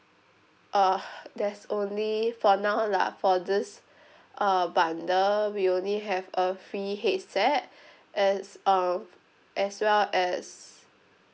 uh there's only for now lah for this uh bundle we only have a free headset as uh as well as